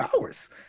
hours